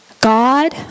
God